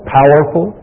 powerful